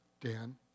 Dan